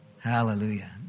Hallelujah